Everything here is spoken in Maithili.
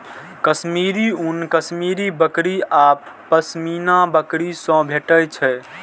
कश्मीरी ऊन कश्मीरी बकरी आ पश्मीना बकरी सं भेटै छै